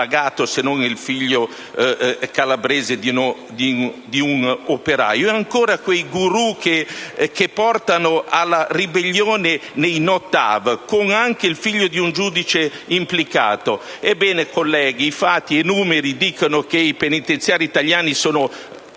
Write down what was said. se non il figlio calabrese di un operaio; a quei *guru* che portano alla ribellione i No TAV, con implicato anche il figlio di un giudice. Ebbene colleghi, i fatti e i numeri dicono che penitenziari italiani sono